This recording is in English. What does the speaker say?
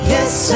Yes